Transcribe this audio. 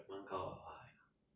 蛮高 ah !aiyo!